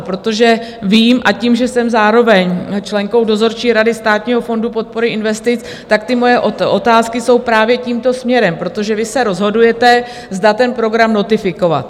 Protože vím, a tím, že jsem zároveň členkou Dozorčí rady Státního fondu podpory investic, moje otázky jsou právě tímto směrem, protože vy se rozhodujete, zda ten program notifikovat.